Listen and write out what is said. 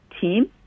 team